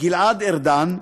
גלעד ארדן,